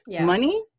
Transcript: money